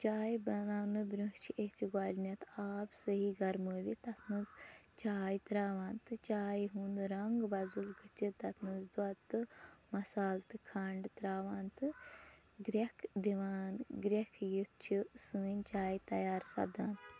چاے بَناونہٕ برونٛہہ چھِ أسۍ گۄڈٕنیٚتھ آب صحیح گرمٲوِتھ تَتھ منٛز چاے تراوان تہٕ چایہِ ہُنٛد رَنگ وَزُل گٔژھِتھ تَتھ منٛز دۄد تہٕ مصالہٕ تہٕ کھنڈ ترٛاوان تہٕ گرٛٮ۪کھ دِوان گرٛیکھ یِتھ چھِ سٲنۍ چاے تیار سَپدان